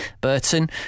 Burton